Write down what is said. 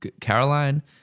Caroline